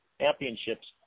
championships